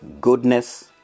goodness